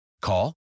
Call